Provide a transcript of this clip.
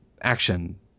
action